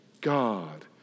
God